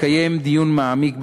לקיים דיון מעמיק בוועדות,